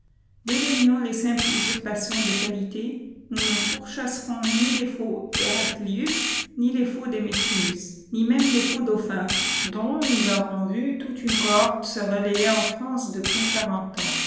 dédaignant les simples usurpations de qualités nous ne pourchasserons ni les faux héraclius ni les faux démétrius ni même les faux dauphins dont nous avons vu toute une cohorte se relayer en france depuis quarante ans